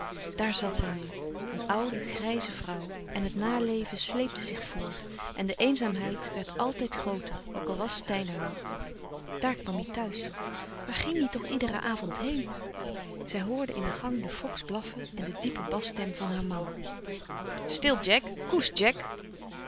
daar zat zij nu een oude grijze vrouw en het naleven sleepte zich voort en de eenzaamheid werd altijd grooter ook al was steyn er nog daar kwam hij thuis waar ging hij toch iederen avond heen zij hoorde in de gang den fox blaffen en de diepe basstem van haar man